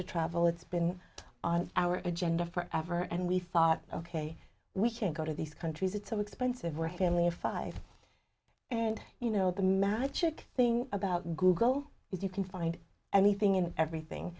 to travel it's been on our agenda forever and we thought ok we can go to these countries it's so expensive we're family of five and you know the magic thing about google is you can find anything and everything